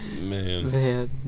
Man